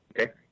Okay